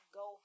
go